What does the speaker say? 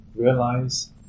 realize